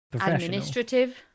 administrative